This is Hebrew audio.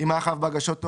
"אם היה חייב בהגשתו,